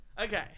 Okay